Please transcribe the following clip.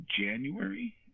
January